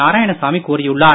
நாராயணசாமி கூறியுள்ளார்